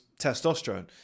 testosterone